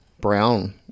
Brown